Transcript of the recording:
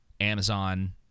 amazon